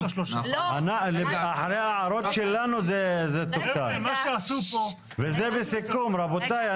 אחרי ההערות שלנו זה תוקן, וזה בסיכום, רבותיי.